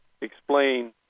explain